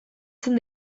zen